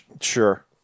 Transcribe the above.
Sure